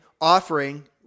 offering